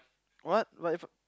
what what if